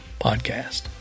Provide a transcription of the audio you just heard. podcast